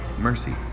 mercy